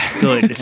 good